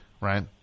right